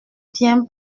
bien